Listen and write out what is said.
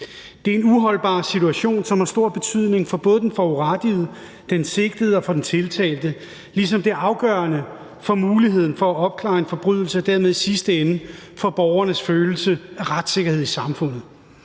Det er en uholdbar situation, som har stor betydning for både den forurettede, den sigtede og for den tiltalte, ligesom det er afgørende for muligheden for at opklare en forbrydelse og dermed i sidste ende for borgernes følelse af retssikkerhed i samfundet.